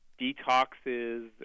detoxes